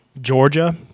Georgia